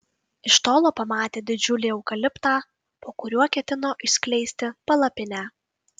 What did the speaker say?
iš tolo pamatė didžiulį eukaliptą po kuriuo ketino išskleisti palapinę